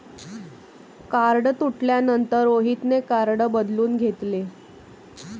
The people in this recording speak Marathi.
कार्ड तुटल्यानंतर रोहितने कार्ड बदलून घेतले